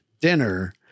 dinner